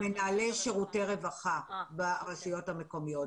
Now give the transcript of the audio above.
מנהלי שירותי רווחה ברשויות המקומיות.